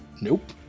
Nope